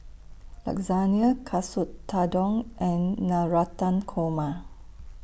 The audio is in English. Lasagne Katsu Tendon and Navratan Korma